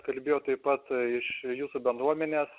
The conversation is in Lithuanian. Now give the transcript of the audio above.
kalbėjo taip pat iš jūsų bendruomenės